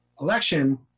election